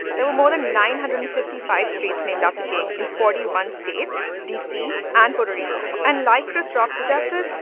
there were more than nine hundred and fifty five streets named after king in forty one states, dc and puerto rico. and like chris rock suggested,